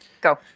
Go